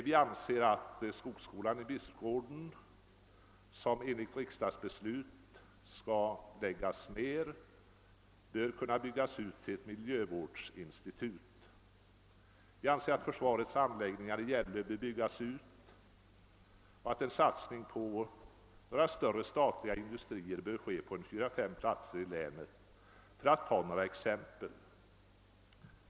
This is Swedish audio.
Vi anser att skogsskolan i Bispgården, som enligt ett riksdagsbeslut skall läggas ned, bör kunna byggas ut till ett miljövårdsinstitut. Vidare anser vi att försvarets anläggningar i Gällö bör byggas ut och att en satsning på några större statliga industrier bör ske på fyra å fem platser i länet. Detta var några exempel.